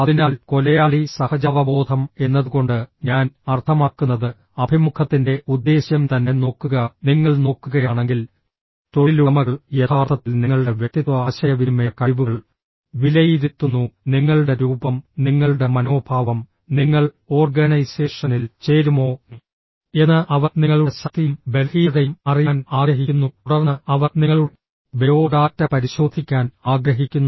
അതിനാൽ കൊലയാളി സഹജാവബോധം എന്നതുകൊണ്ട് ഞാൻ അർത്ഥമാക്കുന്നത് അഭിമുഖത്തിന്റെ ഉദ്ദേശ്യം തന്നെ നോക്കുക നിങ്ങൾ നോക്കുകയാണെങ്കിൽ തൊഴിലുടമകൾ യഥാർത്ഥത്തിൽ നിങ്ങളുടെ വ്യക്തിത്വ ആശയവിനിമയ കഴിവുകൾ വിലയിരുത്തുന്നു നിങ്ങളുടെ രൂപം നിങ്ങളുടെ മനോഭാവം നിങ്ങൾ ഓർഗനൈസേഷനിൽ ചേരുമോ എന്ന് അവർ നിങ്ങളുടെ ശക്തിയും ബലഹീനതയും അറിയാൻ ആഗ്രഹിക്കുന്നു തുടർന്ന് അവർ നിങ്ങളുടെ ബയോഡാറ്റ പരിശോധിക്കാൻ ആഗ്രഹിക്കുന്നു